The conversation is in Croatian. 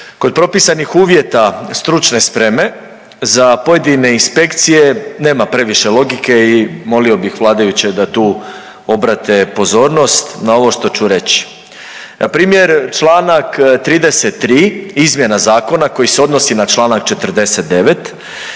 kod propisanih uvjeta stručne spreme za pojedine inspekcije nema previše logike i molio bih vladajuće da tu obrate pozornost na ovo što ću reći. Npr. čl. 33. izmjena zakona koji se odnosi na čl. 49.